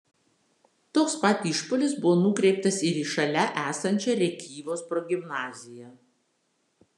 toks pat išpuolis buvo nukreiptas ir į šalia esančią rėkyvos progimnaziją